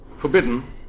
forbidden